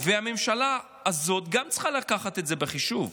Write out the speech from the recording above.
והממשלה הזו צריכה לקחת גם זאת בחישוב,